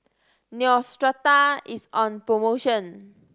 Neostrata is on promotion